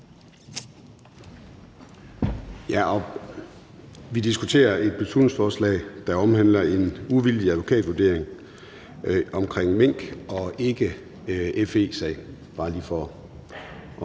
Vi diskuterer et beslutningsforslag, der omhandler en uvildig advokatvurdering omkring mink, og ikke FE-sagen.